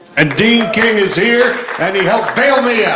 ah dean king is here. and he helped bail me out.